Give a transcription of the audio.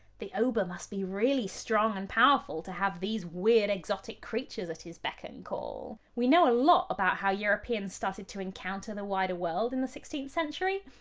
the oba must be really strong and powerful to have these weird exotic creatures at his beck and call! we know a lot about how europeans started to encounter the wider world in the sixteenth century,